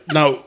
now